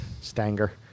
Stanger